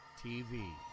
TV